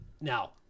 Now